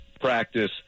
practice